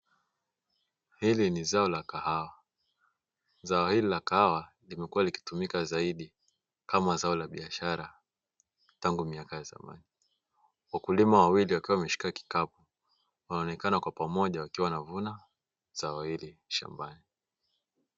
Hili ni zao la kahawa. Zao hili la kahawa limekuwa likitumika zaidi kama zao la biashara tangu miaka ya zamani. Wakulima wawili wakiwa wameshika kikapu wanaonekana kwa pamoja wakiwa wanavuna zao hili shambani.